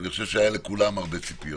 ואני חושב שהיו לכולם הרבה ציפיות,